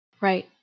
Right